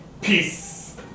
Peace